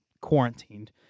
quarantined